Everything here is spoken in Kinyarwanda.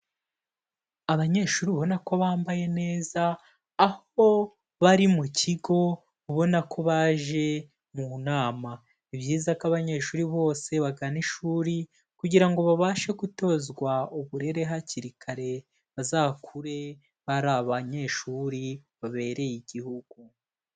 Abanyeshuri ubona ko bambaye neza, aho bari mu kigo ubona ko baje mu nama. Ni byiza ko abanyeshuri bose bagana ishuri kugira ngo babashe gutozwa uburere hakiri kare, bazakure ari abanyeshuri babereye igihugu.